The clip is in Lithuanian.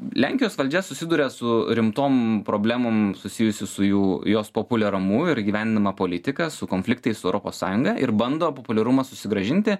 lenkijos valdžia susiduria su rimtom problemom susijusi su jų jos populiarumu ir įgyvendinama politika su konfliktais su europos sąjunga ir bando populiarumą susigrąžinti